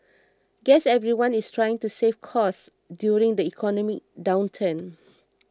guess everyone is trying to save costs during the economic downturn